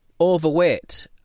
overweight